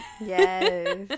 Yes